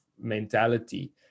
mentality